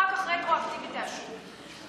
אחר כך רטרואקטיבית תאשרו.